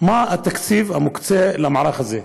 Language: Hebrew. מה התקציב המוקצה למערך הזה?